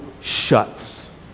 shuts